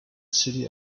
city